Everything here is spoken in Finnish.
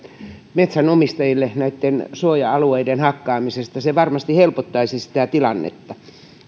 metsänomistajille näitten suoja alueiden hakkaamisesta se varmasti helpottaisi sitä tilannetta